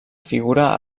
figura